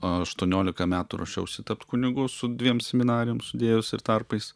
aštuoniolika metų ruošiausi tapt kunigu su dviem seminarijom sudėjus ir tarpais